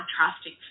contrasting